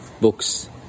Books